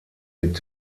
mit